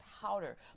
powder